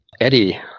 Eddie